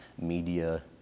media